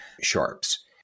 sharps